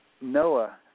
Noah